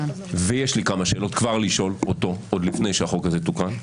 ויש לי כמה שאלות כבר לשאול אותו עוד לפני שהחוק הזה תוקן.